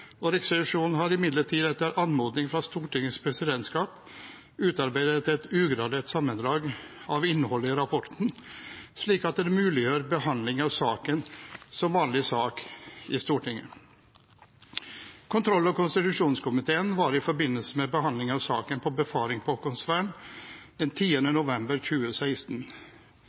Riksrevisjonen har imidlertid etter anmodning fra Stortingets presidentskap utarbeidet et ugradert sammendrag av innholdet i rapporten, slik at det muliggjør behandling av saken som vanlig sak i Stortinget. Kontroll- og konstitusjonskomiteen var i forbindelse med behandling av saken på befaring på Haakonsvern 10. november 2016,